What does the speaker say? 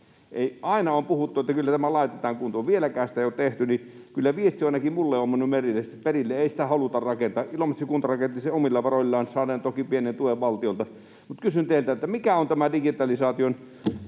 Aina on puhuttu, että kyllä tämä laitetaan kuntoon. Vieläkään sitä ei ole tehty. Kyllä viesti ainakin minulle on mennyt perille: ei sitä haluta rakentaa. Ilomantsin kunta rakensi sen omilla varoillaan, saaden toki pienen tuen valtiolta. Mutta kysyn teiltä: mikä on tämän digitalisaation...